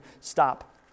Stop